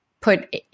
put